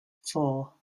four